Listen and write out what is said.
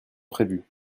prévues